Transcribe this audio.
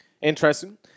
Interesting